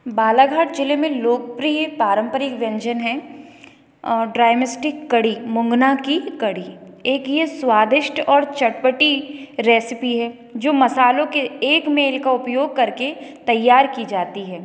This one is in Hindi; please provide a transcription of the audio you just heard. बालाघाट ज़िले में लोकप्रिय पारंपरिक व्यंजन है ड्राई मिस्टिक कढ़ी मुंगना की कढ़ी एक ये स्वादिष्ट और चटपटी रेसिपी है जो मसालों के एक मेल का उपयोग करके तैयार की जाती है